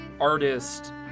artist